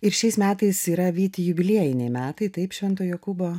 ir šiais metais yra vyti jubiliejiniai metai taip švento jokūbo